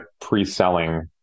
pre-selling